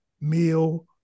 meal